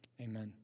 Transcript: Amen